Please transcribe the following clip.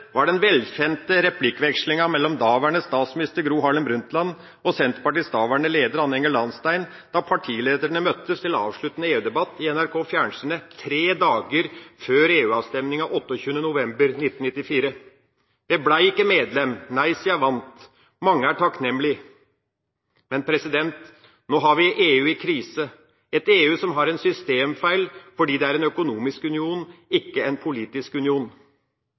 var den velkjente replikkvekslinga mellom daværende statsminister Gro Harlem Brundtland og Senterpartiets daværende leder Anne Enger Lahnstein da partilederne møttes til avsluttende EU-debatt i NRK Fjernsynet tre dager før EU-avstemminga 28. november 1994. Vi ble ikke medlem. Nei-sida vant. Mange er takknemlige. Men nå har vi et EU i krise, et EU som har en systemfeil fordi det er en økonomisk union – ikke en politisk union.